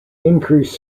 increase